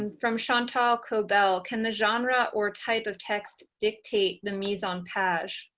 and from chantal kobel can the genre or type of text dictate the mise-en-page?